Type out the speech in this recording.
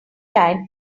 time